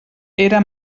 era